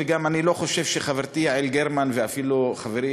ואני לא חושב שחברתי יעל גרמן ואפילו חברי